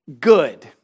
good